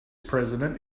president